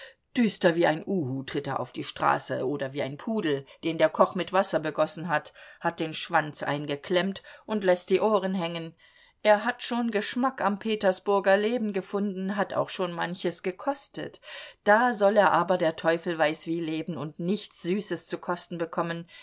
düster wie ein uhu tritt er auf die straße oder wie ein pudel den der koch mit wasser begossen hat hat den schwanz eingeklemmt und läßt die ohren hängen er hat schon geschmack am petersburger leben gefunden hat auch schon manches gekostet da soll er aber der teufel weiß wie leben und nichts süßes zu kosten bekommen